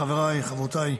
חבריי, חברותיי,